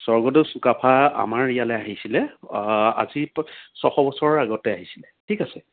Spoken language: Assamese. স্বৰ্গদেউ চুকাফা আমাৰ ইয়ালৈ আহিছিলে আজি ছশ বছৰ আগতে আহিছিলে ঠিক আছে